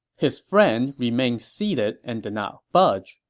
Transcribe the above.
his friend remained seated and did not budge,